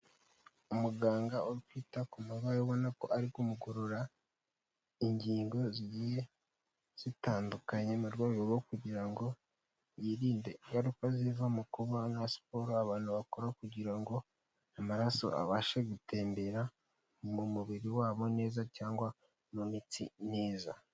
Umuganga uri kwita ku murwayi ubona ko ari ku mugorora ingingo zigiye zitandukanye, mu rwego rwo kugira ngo yirinde ingaruka ziva mu kuba nta siporo abantu bakora kugira ngo amaraso abashe gutembera mu mubiri wabo neza cyangwa mu mitsi neza.